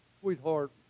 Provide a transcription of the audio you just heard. sweetheart